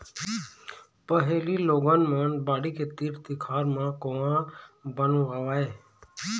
पहिली लोगन मन बाड़ी के तीर तिखार म कुँआ बनवावय